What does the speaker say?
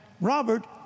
Robert